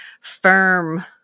firm